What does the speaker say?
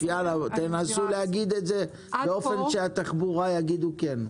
נסו להגיד את זה באופן שאנשי התחבורה יגידו כן.